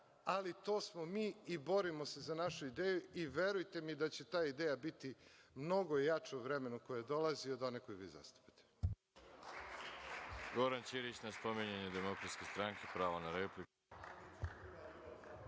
ali to smo mi i borimo se za naše ideje i verujte mi da će ta ideja biti mnogo jača u vremenu koje dolazi od one koju vi zastupate.